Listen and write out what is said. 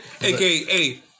aka